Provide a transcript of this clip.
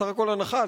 בסך הכול הנחה,